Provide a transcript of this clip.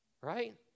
right